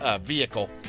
vehicle